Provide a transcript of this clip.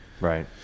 right